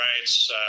rights